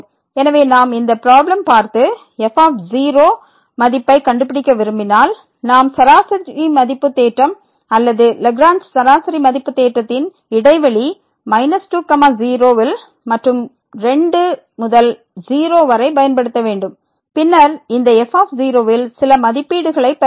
எனவே நாம் இந்த பிராப்ளம் பார்த்து f மதிப்பைக் கண்டுபிடிக்க விரும்பினால் நாம் சராசரி மதிப்பு தேற்றம் அல்லது லாக்ரேஞ்ச் சராசரி மதிப்பு தேற்றத்தை இடைவெளி 2 0 யில் மற்றும் 2 முதல் 0 வரை பயன்படுத்த வேண்டும் பின்னர் இந்த f இல் சில மதிப்பீடுகளைப் பெறுவோம்